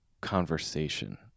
conversation